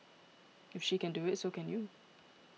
if she can do it so can you